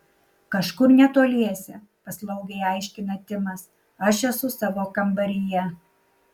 kažkur netoliese paslaugiai aiškina timas aš esu savo kambaryje